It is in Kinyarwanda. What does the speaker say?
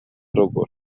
ruguru